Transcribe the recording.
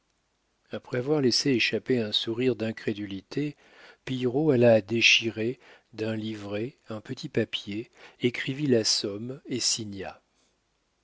après avoir laissé échapper un sourire d'incrédulité pillerault alla déchirer d'un livret un petit papier écrivit la somme et signa